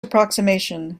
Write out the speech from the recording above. approximation